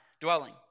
dwelling